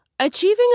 Achieving